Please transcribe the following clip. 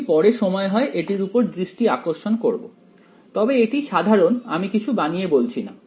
যদি পরে সময় হয় এটির উপর দৃষ্টি আকর্ষণ করবোতবে এটি সাধারণ আমি কিছু বানিয়ে বলছি না